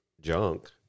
junk